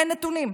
אין נתונים.